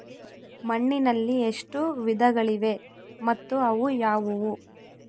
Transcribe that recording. ಮಣ್ಣಿನಲ್ಲಿ ಎಷ್ಟು ವಿಧಗಳಿವೆ ಮತ್ತು ಅವು ಯಾವುವು?